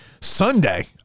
Sunday